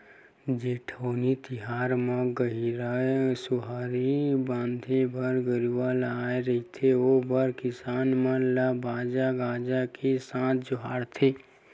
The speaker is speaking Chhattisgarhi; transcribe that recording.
जेठउनी तिहार म गहिरा सुहाई बांधे बर गरूवा ल आय रहिथे ओ बेरा किसान मन ल बाजा गाजा के संग जोहारथे